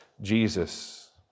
Jesus